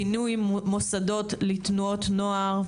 בינוי מוסדות לתנועות נוער,